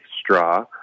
straw